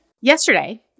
Yesterday